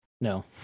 No